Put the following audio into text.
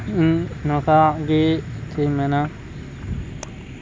ᱤᱧ ᱱᱟᱯᱟᱭ ᱜᱮ ᱪᱮᱫ ᱤᱧ ᱢᱮᱱᱟ